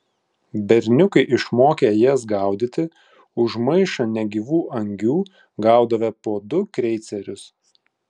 berniukai išmokę jas gaudyti už maišą negyvų angių gaudavę po du kreicerius